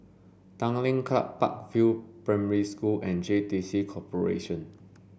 Tanglin Club Park View Primary School and J T C Corporation